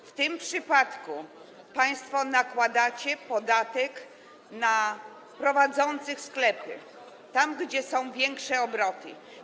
W tym przypadku państwo nakładacie podatek na prowadzących sklepy, tam, gdzie są większe obroty.